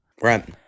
Right